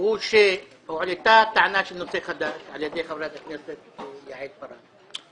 הוא שהועלתה טענה של נושא חדש על ידי חברת הכנסת יעל פארן.